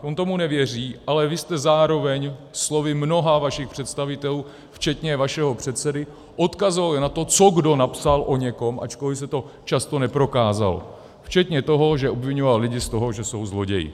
On tomu nevěří, ale vy jste zároveň slovy mnohých vašich představitelů, včetně vašeho předsedy, odkazovali na to, co kdo napsal o někom, ačkoliv se to často neprokázalo, včetně toho, že obviňoval lidi z toto, že jsou zloději.